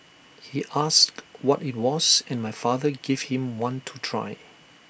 he asked what IT was and my father gave him one to try